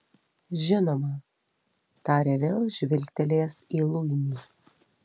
žinoma tarė vėl žvilgtelėjęs į luinį